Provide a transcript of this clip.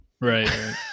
Right